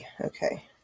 Okay